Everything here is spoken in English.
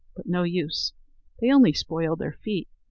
but no use they only spoiled their feet,